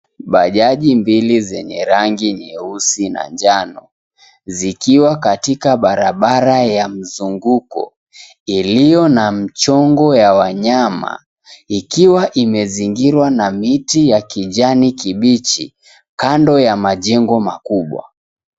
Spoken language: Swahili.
Bajaji mbili zenye rangi nyeusi na njano zikiwa katika barabara mzunguko iliyo na mchongo ya wanyama ikiwa imezingirwa na miti ya kijani kibichi kando ya majengo makubwa.